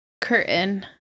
Curtain